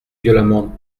violemment